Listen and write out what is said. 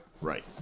Right